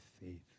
faith